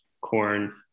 corn